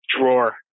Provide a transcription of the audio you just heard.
drawer